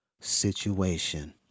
Situation